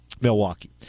Milwaukee